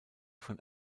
von